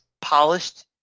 polished